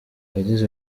yagize